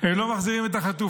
הם לא מחזירים את החטופים.